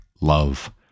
love